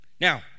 Now